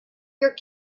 your